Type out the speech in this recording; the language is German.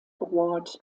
award